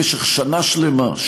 במשך שנה שלמה,